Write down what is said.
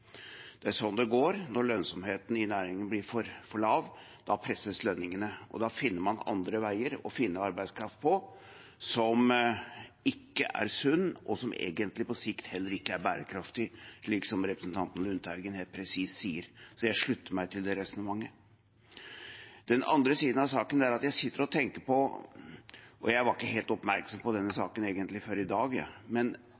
Det er sånn det går når lønnsomheten i næringen blir for lav – da presses lønningene, og da finner man andre veier å skaffe arbeidskraft på som ikke er sunn, og som egentlig på sikt heller ikke er bærekraftig, slik som representanten Lundteigen helt presist sier. Jeg slutter meg til det resonnementet. Den andre siden av saken – og jeg var ikke helt oppmerksom på denne saken egentlig før i dag – er at når jeg